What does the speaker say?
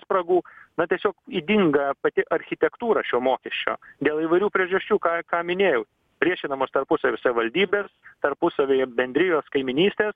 spragų na tiesiog ydinga pati architektūra šio mokesčio dėl įvairių priežasčių ką ką minėjau priešinamos tarpusavy savivaldybės tarpusavy bendrijos kaimynystė